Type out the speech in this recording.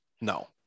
No